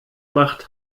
macht